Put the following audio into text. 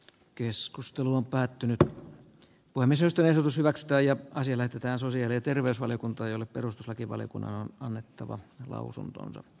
keskustelu on päättynyt ja pani säästöehdotus hyväksytä ja asia lähetetään sosiaali ja terveysvaliokunta jolle perustuslakivaliokunnan annettava lausunto